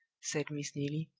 said miss neelie.